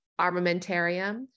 armamentarium